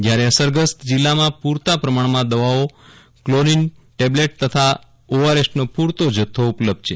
જયારે અસર ગ્રસ્ત જિલ્લામાં પૂરતા પ્રમાજીમાં દવાઓ ક્લોરીત ટેબલેટ તથા ઓઆરએસનો પુરતો જથ્થો ઉપલબ્ધ છે